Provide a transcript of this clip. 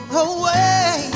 away